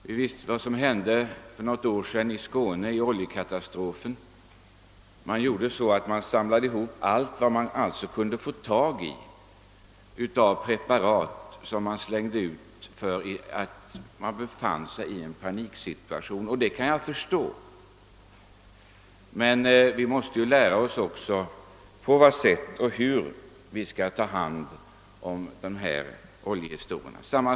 Vid oljekatastrofen i Skåne för något år sedan samlade man ihop alla slags preparat man kunde få tag i, och sedan slängde man ut dessa därför att man befann sig i en paniksituation. Och det kan jag förstå. Men vi måste också lära oss hur vi skall ta hand om oljeskadorna utan att skapa andra svåra skador.